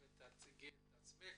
בבקשה.